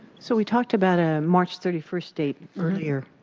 so we talked about a march thirty first date earlier.